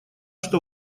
что